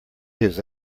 his